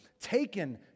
taken